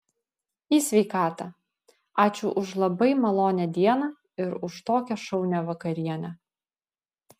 į sveikatą ačiū už labai malonią dieną ir už tokią šaunią vakarienę